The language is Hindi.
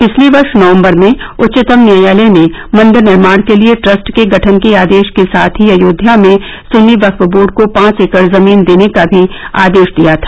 पिछले वर्ष नवम्बर में उच्चतम न्यायालय ने मंदिर निर्माण के लिए ट्रस्ट के गठन के आदेश के साथ ही अयोध्या में सुन्नी वक्फ बोर्ड को पांच एकड़ जमीन देने का भी आदेश दिया था